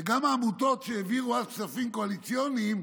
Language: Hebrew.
וגם העמותות שהעבירו אז כספים קואליציוניים,